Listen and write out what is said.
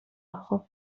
خوب